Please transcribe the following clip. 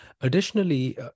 Additionally